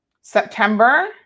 September